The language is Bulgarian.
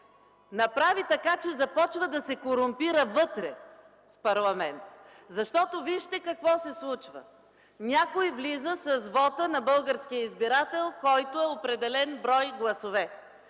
направи така, че започва да се корумпира вътре в парламента. Защото, вижте какво се случва: някой влиза с вота на българския избирател, който е определен брой гласове.